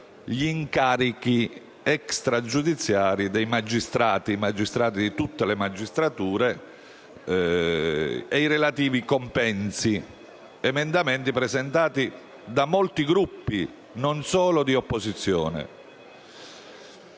gli incarichi extragiudiziari dei magistrati di tutte le magistrature ed i relativi compensi. Sono emendamenti presentati da molti Gruppi, non solo di opposizione,